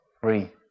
free